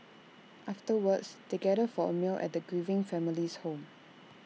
afterwards they gather for A meal at the grieving family's home